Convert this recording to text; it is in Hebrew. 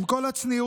עם כל הצניעות,